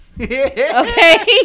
Okay